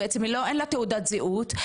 אין לה תעודת זהות,